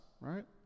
right